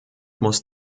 muss